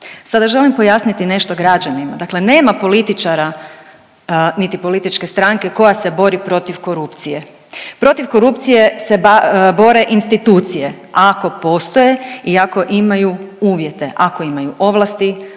Sada želim pojasniti nešto građanima, dakle nema političara, niti političke stranke koja se bori protiv korupcije. Protiv korupcije se bore institucije ako postoje i ako imaju uvjete, ako imaju ovlasti,